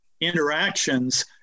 interactions